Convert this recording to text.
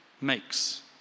makes